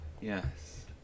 Yes